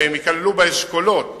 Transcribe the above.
והם ייכללו באשכולות